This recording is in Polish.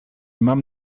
mam